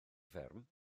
fferm